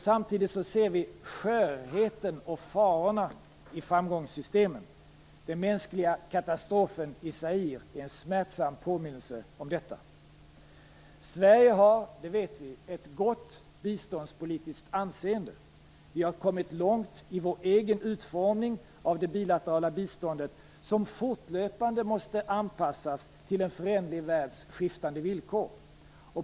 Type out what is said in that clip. Samtidigt kan vi se skörheten och farorna i framgångssystemen. Den mänskliga katastrofen i Zaire är en smärtsam påminnelse om detta. Vi vet att Sverige har ett gott biståndspolitiskt anseende. Vi har kommit långt i vår egen utformning av det bilaterala biståndet, som fortlöpande måste anpassas till en föränderlig världs skiftande villkor.